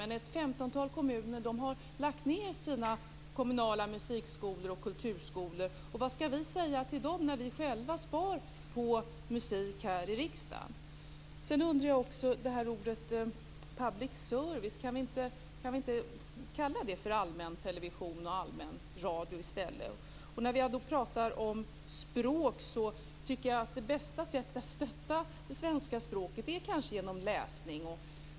Men ett femtontal kommuner har lagt ned sina kommunala musikskolor och kulturskolor. Vad skall vi säga till dem när vi själva spar på musik här i riksdagen? Sedan undrar jag också om vi inte kan kalla detta med public service för allmäntelevision och allmänradio i stället. Vi pratar om språk. Jag tycker att det kanske bästa sättet att stötta det svenska språket är genom läsning.